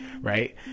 right